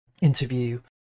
interview